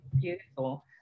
beautiful